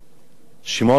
שמעון פרס,